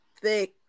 thick